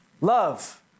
Love